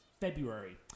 February